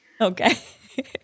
Okay